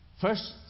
First